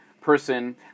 person